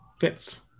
fits